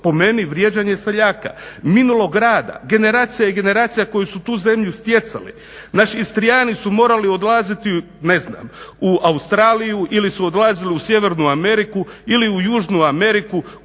po meni vrijeđanje seljaka, minulog rada generacija i generacija koje su tu zemlju stjecali. Naši Istrijani su morali odlaziti ne znam u Australiju ili su odlazili u Sjevernu Ameriku ili u Južnu Ameriku,